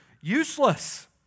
useless